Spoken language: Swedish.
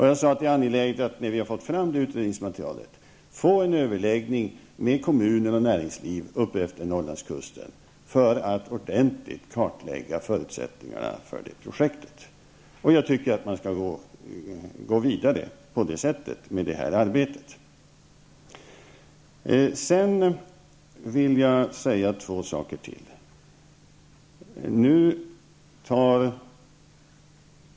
Jag sade också att när man hade fått fram utredningsmaterialet var det angeläget att få till stånd en överläggning med kommuner och näringsliv utefter Norrlandskusten för att förutsättningarna för detta projekt ordentligt skulle kunna klarläggas. Man bör på det här sättet gå vidare med detta arbete.